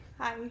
Hi